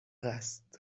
است